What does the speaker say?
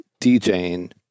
DJing